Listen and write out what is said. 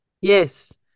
Yes